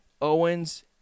Owens